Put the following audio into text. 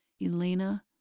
Elena